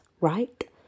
right